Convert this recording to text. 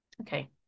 Okay